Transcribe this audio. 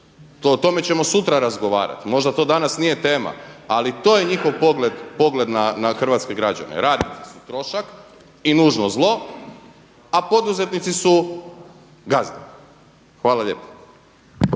O tome ćemo sutra razgovarati, možda to danas nije tema ali to je njihov pogled, pogled na hrvatske građane, radnici su trošak i nužno zlo a poduzetnici su gazde. Hvala lijepo.